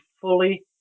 fully